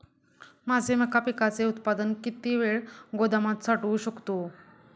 माझे मका पिकाचे उत्पादन किती वेळ गोदामात साठवू शकतो?